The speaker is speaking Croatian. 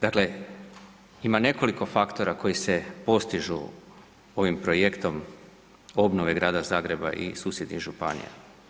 Dakle, ima nekoliko faktora koji se postižu ovim projektom obnove grada Zagreba i susjednih županija.